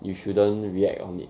you shouldn't react on it